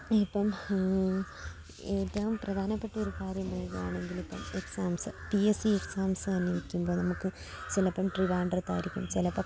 ഇപ്പം ഏറ്റവും പ്രധാനപ്പെട്ട ഒരു കാര്യം പറയുകയാണെങ്കിലിപ്പം exams P S C exams തന്നെ വയ്ക്കുമ്പോൾ നമുക്ക് ചിലപ്പം ട്രിവാണ്ട്രത്തായിരിക്കും ചിലപ്പം